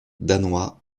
danois